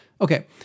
Okay